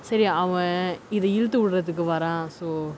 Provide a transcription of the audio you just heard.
சரி அவன் இது இழுத்து உடுறதுக்கு வரான்:sari avan ithu iluthu udurathukku varaan so